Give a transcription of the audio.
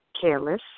Careless